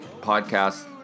podcast